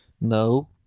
No